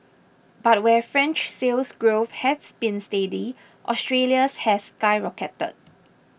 but where French Sales Growth has been steady Australia's has skyrocketed